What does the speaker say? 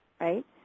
right